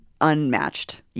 unmatched